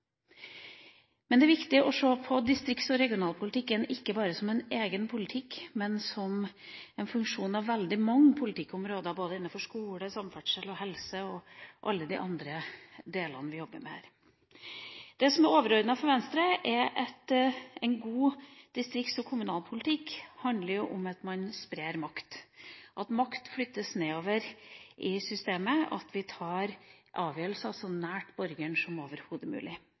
Men det er viktig å se på distrikts- og regionalpolitikken ikke bare som en egen politikk, men som en funksjon av veldig mange politikkområder, både innenfor skole, samferdsel, helse og alle de andre delene vi jobber med her. Det som er overordnet for Venstre, er at en god distrikts- og kommunalpolitikk handler om at man sprer makt, at makt flyttes nedover i systemet, at avgjørelser tas så nær borgeren som overhodet mulig.